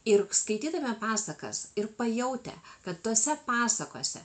ir skaitydami pasakas ir pajautę kad tose pasakose